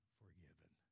forgiven